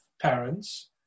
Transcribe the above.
parents